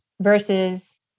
versus